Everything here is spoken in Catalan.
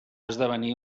esdevenir